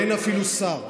אין אפילו שר.